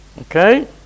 Okay